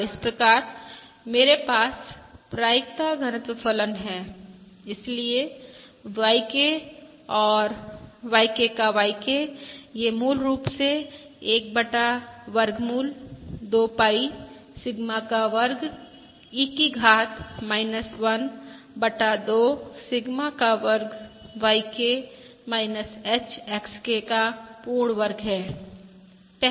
और इस प्रकार मेरे पास प्रायिकता घनत्व फलन है इसलिए YK का YK यह मूल रूप से 1 बटा वर्गमूल 2 पाई सिग्मा का वर्ग e की घात 1 बटा 2 सिग्मा का वर्ग YK HXK का पूर्ण वर्ग है